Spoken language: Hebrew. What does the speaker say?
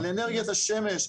על אנרגיית השמש.